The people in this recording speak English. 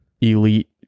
elite